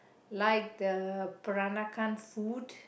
like the Peranakan food